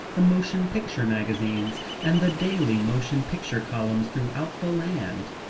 the motion picture magazines, and the daily motion picture columns throughout the land.